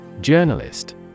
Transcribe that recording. JOURNALIST